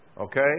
Okay